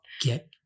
Get